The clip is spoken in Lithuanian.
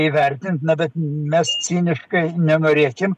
įvertint na bet mes ciniškai nenorėkim